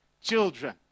children